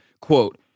Quote